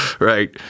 Right